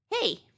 Hey